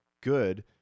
good